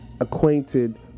acquainted